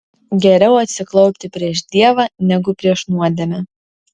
geriau atsiklaupti prieš dievą negu prieš nuodėmę